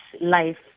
life